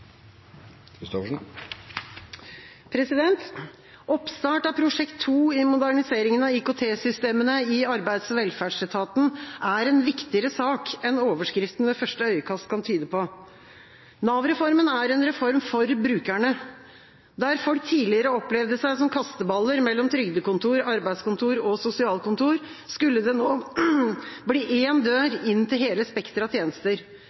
fastlagt. Oppstart av Prosjekt 2 i moderniseringen av IKT-systemene i Arbeids- og velferdsetaten er en viktigere sak enn overskriften ved første øyekast kan tyde på. Nav-reformen er en reform for brukerne. Der folk tidligere opplevde seg som kasteballer mellom trygdekontor, arbeidskontor og sosialkontor, skulle det nå bli én dør inn til hele spekteret av